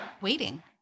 waiting